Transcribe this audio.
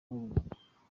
babonaga